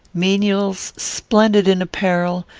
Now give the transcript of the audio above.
menials, splendid in apparel,